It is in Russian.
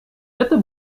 это